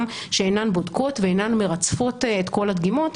שאינן בודקות ואינן מרצפות את כל הדגימות,